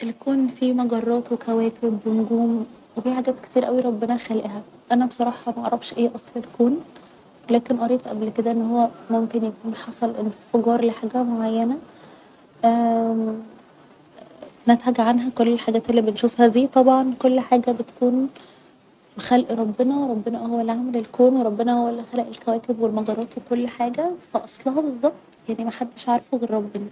الكون فيه مجرات و كواكب و نجوم و في حاجات كتير اوي ربنا خالقها أنا بصراحة معرفش ايه اصل الكون لكن قريت قبل كده ان هو ممكن يكون حصل انفجار لحاجة معينة اممم نتج عنها كل الحاجات اللي بنشوفها دي طبعا كل حاجة بتكون خلق ربنا ربنا هو اللي عمل الكون و ربنا هو اللي خلق الكواكب و المجرات و كل حاجة ف اصلها بالظبط يعني محدش عارفه غير ربنا